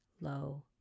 low